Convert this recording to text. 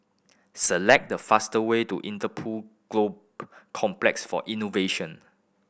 select the fastest way to Interpol Complex for Innovation